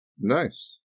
Nice